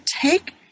take